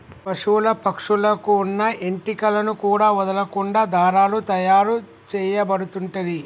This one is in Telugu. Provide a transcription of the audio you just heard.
పశువుల పక్షుల కు వున్న ఏంటి కలను కూడా వదులకుండా దారాలు తాయారు చేయబడుతంటిరి